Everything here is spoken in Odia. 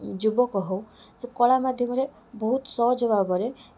ଯୁବକ ହଉ ସେ କଳା ମାଧ୍ୟମରେ ବହୁତ ସହଜ ଭାବରେ